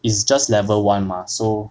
is just level one mah so